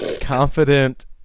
confident